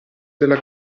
della